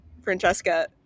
Francesca